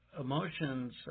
emotions